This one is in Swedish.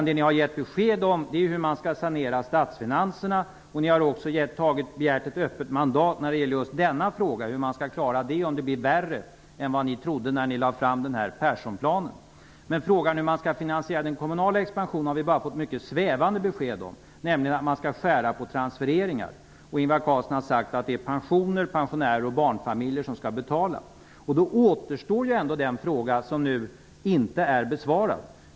Det ni har gett besked om är hur man skall sanera statsfinanserna, och ni har begärt ett öppet mandat när det gäller just denna fråga, hur man skall klara det om det blir värre än vad ni trodde när ni lade fram Frågan hur man skall finansiera den kommunala expansionen har vi bara fått mycket svävande besked om, nämligen att man skall skära på transfereringar. Ingvar Carlsson har sagt att det är pensioner, pensionärer och barnfamiljer som skall betala. Då återstår ändå den fråga som nu inte är besvarad.